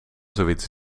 zoiets